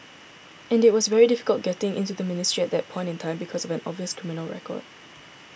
and it was very difficult getting into the ministry at that point in time because of an obvious criminal record